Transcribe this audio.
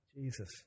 Jesus